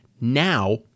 Now